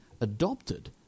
adopted